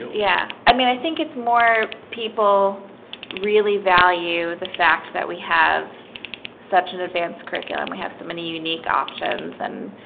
yeah, i mean, i think it's more people really value the fact that we have such an advanced curriculum. we have so many unique options and